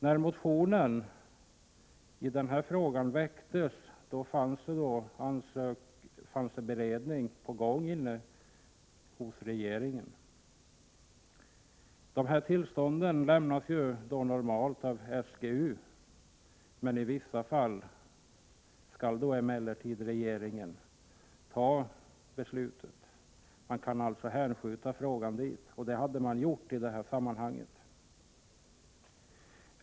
När motionen väcktes höll regeringen på med att bereda frågan. Dessa tillstånd lämnas normalt av SGU, men i vissa fall är det regeringen som skall fatta beslut. Man kan alltså hänskjuta frågan till regeringen, vilket man i detta fall hade gjort.